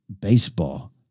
baseball